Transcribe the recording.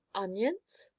onions?